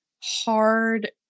hard